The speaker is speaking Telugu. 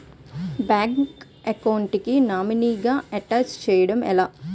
బ్యాంక్ అకౌంట్ కి నామినీ గా అటాచ్ చేయడం ఎలా?